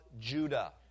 Judah